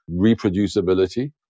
reproducibility